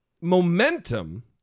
momentum